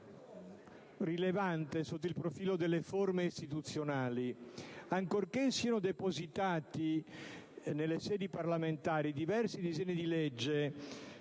rilevante sotto il profilo delle forme istituzionali, ancorché siano depositati nelle sedi parlamentari diversi disegni di legge